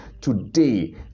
today